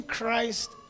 Christ